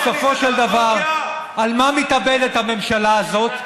בסופו של דבר, על מה מתאבדת הממשלה הזאת?